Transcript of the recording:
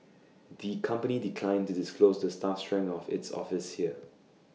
the company declined to disclose the staff strength of its office here